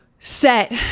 set